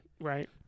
right